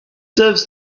serves